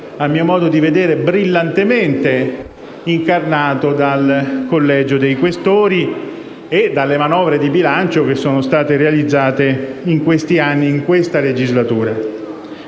a mio modo di vedere, brillantemente incarnato dal Collegio dei Questori e dalle manovre di bilancio realizzate in questi anni e in questa legislatura.